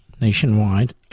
nationwide